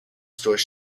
store